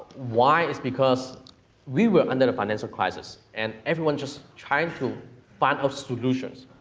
why is because we were under a financial crisis. and everyone just trying to find solutions,